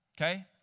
Okay